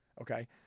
Okay